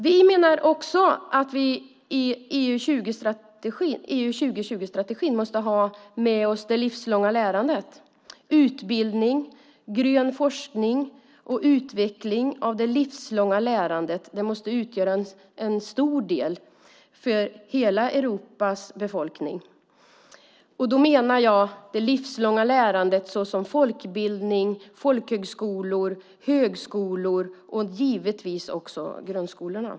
Vi måste ha med det livslånga lärandet i EU 2020-strategin. Utbildning, grön forskning och utveckling av det livslånga lärandet måste omfatta hela Europas befolkning. Med livslångt lärande menar jag folkbildning, folkhögskolor, högskolor och givetvis grundskolor.